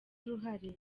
uruhare